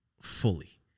Fully